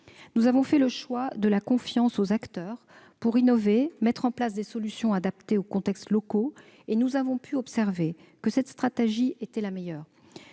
Nous avons fait le choix de la confiance aux acteurs pour innover et mettre en place des solutions adaptées aux contextes locaux, et nous avons pu observer que cette stratégie était la meilleure